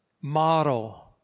model